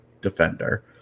defender